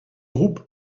groupe